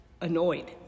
annoyed